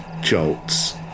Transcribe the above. jolts